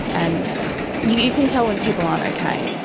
and you can tell when people aren't okay,